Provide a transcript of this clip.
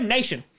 Nation